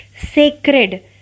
sacred